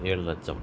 ஏழு லட்சம்